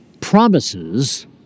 promises